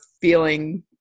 feeling